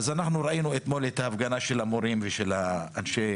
אז אנחנו ראינו אתמול את ההפגנה של המורים ושל החינוך,